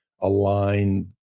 align